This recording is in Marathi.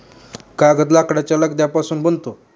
कागद लाकडाच्या लगद्यापासून बनतो